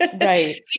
right